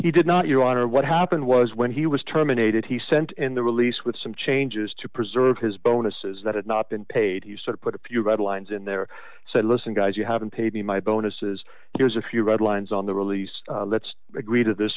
he did not your honor what happened was when he was terminated he sent in the release with some changes to preserve his bonuses that had not been paid he sort of put a few red lines in there said listen guys you haven't paid me my bonuses here's a few red lines on the release let's agree to this